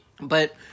But-